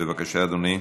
בבקשה, אדוני.